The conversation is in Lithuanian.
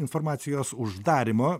informacijos uždarymo